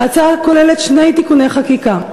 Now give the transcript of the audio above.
ההצעה כוללת שני תיקוני חקיקה.